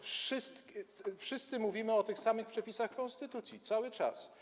Wszyscy mówimy o tych samych przepisach konstytucji, cały czas.